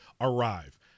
arrive